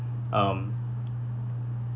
um